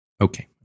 Okay